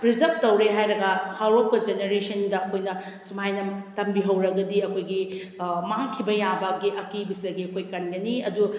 preserved ꯇꯧꯔꯦ ꯍꯥꯏꯔꯒ ꯍꯧꯔꯛꯄ ꯖꯦꯅꯦꯔꯦꯁꯟꯗ ꯑꯩꯈꯣꯏꯅ ꯁꯨꯃꯥꯏꯅ ꯇꯝꯕꯤꯍꯧꯔꯒꯗꯤ ꯑꯩꯈꯣꯏꯒꯤ ꯃꯥꯡꯈꯤꯕ ꯌꯥꯕꯒꯤ ꯑꯀꯤꯕꯁꯤꯗꯒꯤ ꯑꯩꯈꯣꯏ ꯀꯟꯒꯅꯤ ꯑꯗꯣ